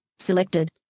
Selected